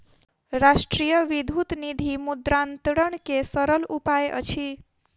राष्ट्रीय विद्युत निधि मुद्रान्तरण के सरल उपाय अछि